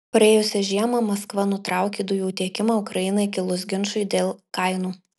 praėjusią žiemą maskva nutraukė dujų tiekimą ukrainai kilus ginčui dėl kainų